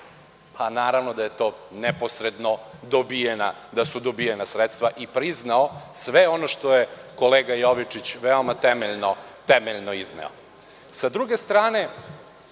Naravno da su to neposredno dobijena sredstva i priznao sve ono što je kolega Jovičić veoma temeljno izneo. Sa